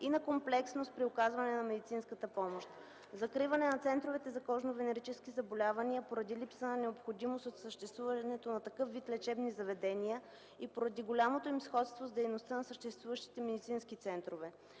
и на комплексност при оказването на медицинска помощ; - закриване на центровете за кожно-венерически заболявания поради липса на необходимост от съществуване на такъв вид лечебни заведения и поради голямото им сходство с дейността на съществуващите медицински центрове;